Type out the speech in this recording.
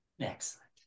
Excellent